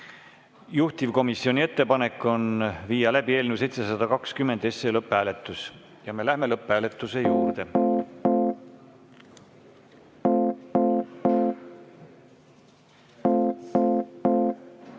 Juhtivkomisjoni ettepanek on viia läbi eelnõu 720 lõpphääletus ja me läheme lõpphääletuse juurde.